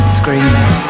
screaming